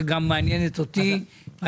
שגם מעניינת אותי,